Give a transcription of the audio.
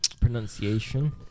pronunciation